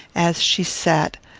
as she sat,